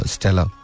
Stella